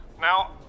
Now